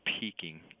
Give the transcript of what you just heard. peaking